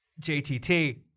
JTT